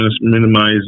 minimize